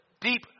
deep